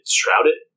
shrouded